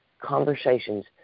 conversations